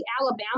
Alabama